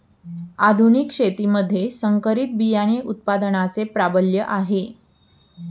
आधुनिक शेतीमध्ये संकरित बियाणे उत्पादनाचे प्राबल्य आहे